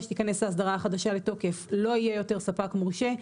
שתיכנס האסדרה החדשה לתוקף לא יהיה יותר ספק מורשה,